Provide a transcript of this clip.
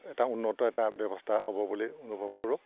এটা উন্নত এটা ব্যৱস্থা হ'ব বুলি অনুভৱ কৰোঁ